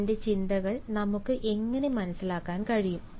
അവന്റെ ചിന്തകൾ നമുക്ക് എങ്ങനെ മനസ്സിലാക്കാൻ കഴിയും